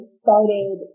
started